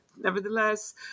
nevertheless